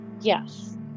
Yes